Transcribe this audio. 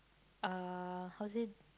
uh how say